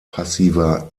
passiver